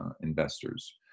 investors